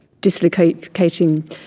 dislocating